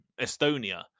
Estonia